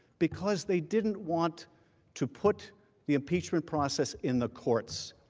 because they didn't want to put the impeachment process in the courts.